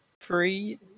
three